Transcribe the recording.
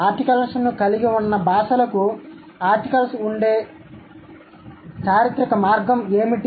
articles ను కలిగి ఉన్న భాషలకు ఆర్టికల్స్ ఉండే చారిత్రక మార్గం ఏమిటి